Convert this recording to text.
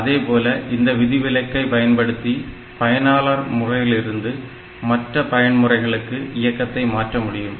அதேபோல இந்த விதிவிலக்கை பயன்படுத்தி பயனாளர் முறையிலிருந்து மற்ற பயன் முறைகளுக்கு இயக்கத்தை மாற்றமுடியும்